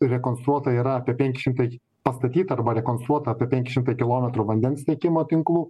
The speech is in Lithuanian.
rekonstruota yra apie penki šimtai pastatyta arba rekonstruota apie penkiašim kilometrų vandens tiekimo tinklų